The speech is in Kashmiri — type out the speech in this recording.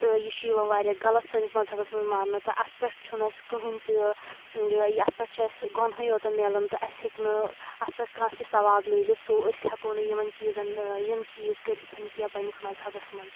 تہٕ یہِ چھُ یِوان واریاہ غلط سٲنِس مذہبس منٛز ماننہٕ تہٕ اتھ پٮ۪ٹھ چھُنہٕ اسہِ کٕہٕنۍ تہِ اتھ پٮ۪ٹھ چھِ اسہِ گۄنۂے یوتن مِلان تہٕ اسہِ ہیٚکہِ نہٕ اتھ پٮ۪ٹھ کانٛہہ تہِ ثواب میٖلِتھ سُہ أسۍ ہیٚکو نہٕ یِمن چیٖزن یِم چیٖز کٔرِتھ کینٛہہ پننِس مذہبس منٛز